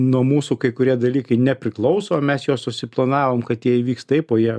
nuo mūsų kai kurie dalykai nepriklauso mes juos susiplanavom kad jie įvyks taip o jie